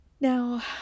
Now